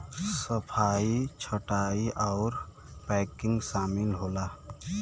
सफाई छंटाई आउर पैकिंग सामिल होला